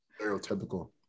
stereotypical